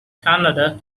kannada